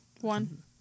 One